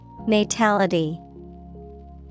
Natality